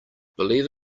believe